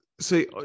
See